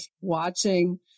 watching